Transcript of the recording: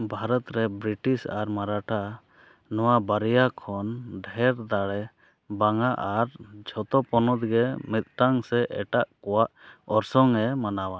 ᱵᱷᱟᱨᱚᱛ ᱨᱮ ᱵᱨᱤᱴᱤᱥ ᱟᱨ ᱢᱟᱨᱟᱴᱷᱟ ᱱᱚᱣᱟ ᱵᱟᱨᱭᱟ ᱠᱷᱚᱱ ᱰᱷᱮᱨ ᱫᱟᱲᱮ ᱵᱟᱝᱟ ᱟᱨ ᱡᱷᱚᱛᱚ ᱯᱚᱱᱚᱛ ᱜᱮ ᱢᱤᱫᱴᱟᱝ ᱥᱮ ᱮᱴᱟᱜ ᱠᱚᱣᱟᱜ ᱚᱨᱥᱚᱝᱮ ᱢᱟᱱᱟᱣᱟ